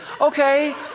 Okay